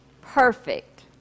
Perfect